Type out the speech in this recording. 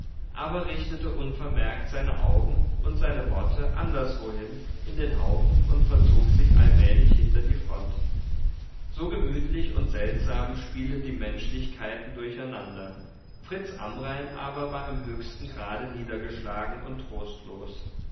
aber richtete unvermerkt seine augen und seine worte anderswohin in den haufen und verzog sich allmählich hinter die front so gemütlich und seltsam spielen die menschlichkeiten durcheinander fritz amrain aber war im höchsten grade niedergeschlagen und trostlos